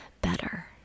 better